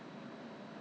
!huh! really